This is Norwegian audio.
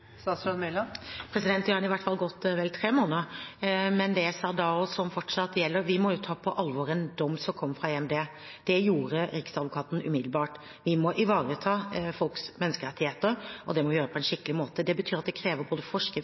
Det har i hvert fall gått vel tre måneder, men det jeg sa da, og som fortsatt gjelder, er at vi må ta på alvor en dom som kom fra EMD. Det gjorde Riksadvokaten umiddelbart. Vi må ivareta folks menneskerettigheter, og det må vi gjøre på en skikkelig måte. Det betyr at det krever både